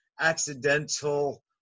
accidental